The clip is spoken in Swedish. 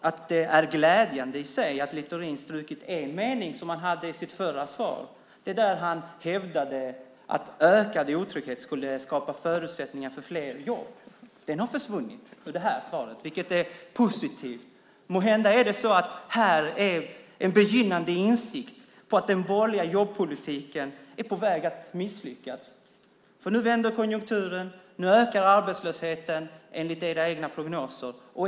Det är dock glädjande att Littorin strukit en mening som han hade i sitt förra svar, nämligen där han hävdade att ökad otrygghet skulle skapa förutsättningar för fler jobb. Den har försvunnit från det här svaret, vilket är positivt. Måhända är det fråga om en begynnande insikt om att den borgerliga jobbpolitiken är på väg att misslyckas. Nu vänder konjunkturen. Nu ökar arbetslösheten enligt era egna prognoser.